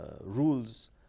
rules